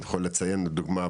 אני יכול לציין דוגמא,